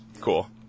Cool